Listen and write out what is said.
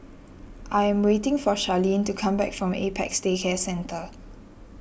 I am waiting for Charline to come back from Apex Day Care Centre